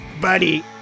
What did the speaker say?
Buddy